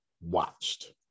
watched